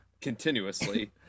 Continuously